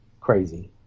Crazy